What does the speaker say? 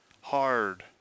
hard